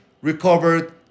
recovered